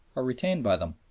or retained by them.